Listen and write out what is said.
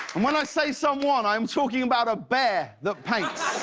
when i say someone, i am talking about a bear that paints